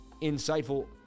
insightful